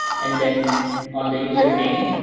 and then on the username,